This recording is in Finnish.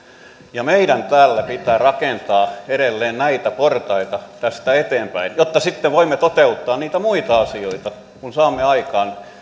ja meidän täällä pitää rakentaa edelleen näitä portaita tästä eteenpäin jotta sitten voimme toteuttaa niitä muita asioita kun saamme aikaan